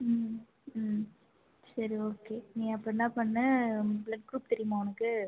ம் ம் சரி ஓகே நீ அப்போ என்ன பண்ணு உன் ப்ளெட் குரூப் தெரியுமா உனக்கு